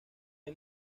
hay